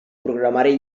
programari